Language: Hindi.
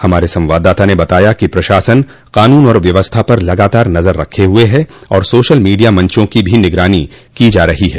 हमारे संवाददाता ने बताया है कि प्रशासन कानून और व्यवस्था पर लगातार नजर रखे हुए हैं और सोशल मीडिया मंचों की भी निगरानी की जा रही है